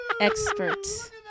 Experts